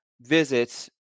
visits